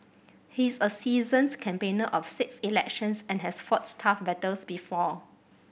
he is a seasoned campaigner of six elections and has fought tough battles before